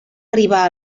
arribar